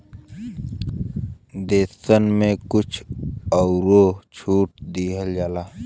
देसन मे कुछ अउरो छूट दिया जाला